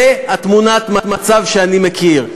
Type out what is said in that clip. זו תמונת המצב שאני מכיר.